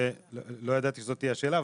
לא ידעתי שזו תהיה השאלה,